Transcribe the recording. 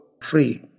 free